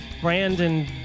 Brandon